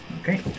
Okay